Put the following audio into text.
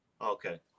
Okay